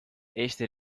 eesti